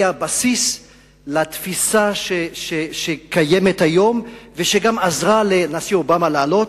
היה הבסיס לתפיסה שקיימת היום ושגם עזרה לנשיא אובמה לעלות,